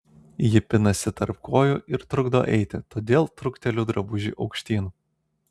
ji pinasi tarp kojų ir trukdo eiti todėl trukteliu drabužį aukštyn